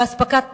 באספקת פלדה,